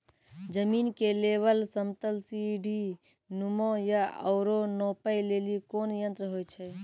जमीन के लेवल समतल सीढी नुमा या औरो नापै लेली कोन यंत्र होय छै?